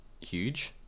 huge